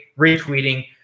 retweeting